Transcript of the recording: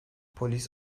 polis